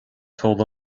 told